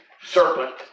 serpent